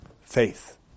Faith